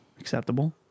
acceptable